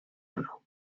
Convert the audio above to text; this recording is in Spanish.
ono